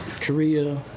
Korea